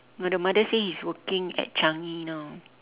no the mother say he's working at changi now